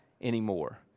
anymore